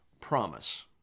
promise